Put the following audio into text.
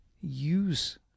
Use